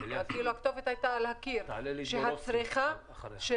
והכתובת הייתה על הקיר שהצריכה של